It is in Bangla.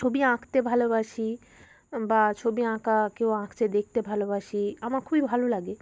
ছবি আঁকতে ভালোবাসি বা ছবি আঁকা কেউ আঁকছে দেখতে ভালোবাসি আমার খুবই ভালো লাগে